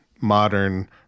modern